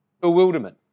bewilderment